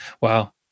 Wow